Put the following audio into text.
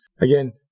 again